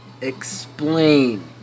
explain